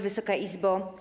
Wysoka Izbo!